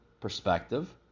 perspective